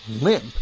limp